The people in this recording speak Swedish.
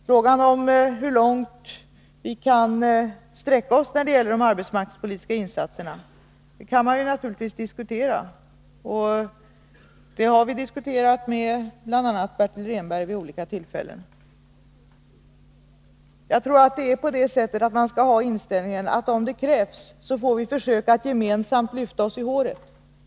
Frågan om hur långt vi kan sträcka oss när det gäller de arbetsmarknadspolitiska insatserna kan man naturligtvis diskutera, och det har vi diskuterat med bl.a. Bertil Rehnberg vid olika tillfällen. Jag tror att man skall ha inställningen, att om det krävs så får vi försöka att gemensamt lyfta oss i håret.